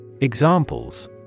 Examples